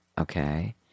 okay